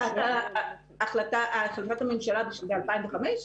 החלטת הממשלה ב-2005?